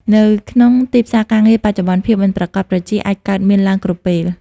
នៅក្នុងទីផ្សារការងារបច្ចុប្បន្ន ភាពមិនប្រាកដប្រជាអាចកើតមានឡើងគ្រប់ពេល។